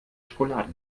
schokolade